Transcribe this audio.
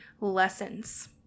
lessons